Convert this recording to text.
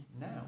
now